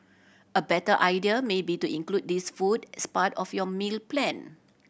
a better idea may be to include these food as part of your meal plan